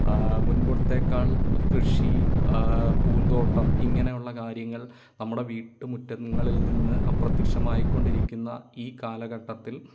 മുൻപത്തേക്കാൾ കൃഷി പൂന്തോട്ടം ഇങ്ങനെയുള്ള കാര്യങ്ങൾ നമ്മുടെ വീട്ടുമുറ്റങ്ങളിൽ നിന്ന് അപ്രത്യക്ഷമായി കൊണ്ടിരിക്കുന്ന ഈ കാലഘട്ടത്തിൽ